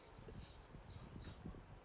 it's